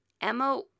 Emma